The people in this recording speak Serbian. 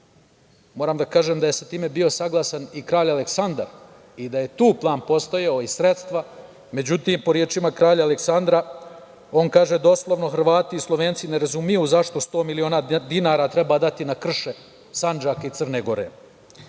moram da kažem da je sa time bio saglasan i kralj Aleksandar i da je tu plan postojao i sredstva, kralja Aleksandra, on kaže doslovno - Hrvati i Slovenci ne razumeju zašto 100 miliona dinara treba dati na krše Sandžaka i Crne Gore. Prvi